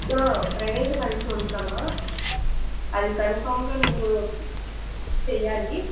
ప్రవేశ పరీక్ష ఉంటుంది అమ్మ అది కన్ఫామ్గా నువ్వు చేయాలి